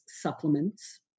supplements